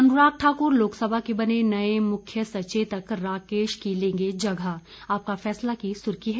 अनुराग ठाकुर लोकसभा के बने नए मुख्य सचेतक राकेश की लेंगे जगह आपका फैसला की सुर्खी है